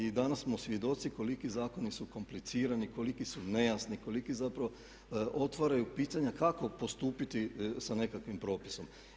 I danas smo svjedoci koliki zakoni su komplicirani, koliki su nejasni, koliki zapravo otvaraju pitanja kako postupiti sa nekakvim propisom.